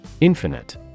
Infinite